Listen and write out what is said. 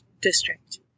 district